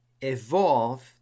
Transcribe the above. evolve